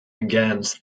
against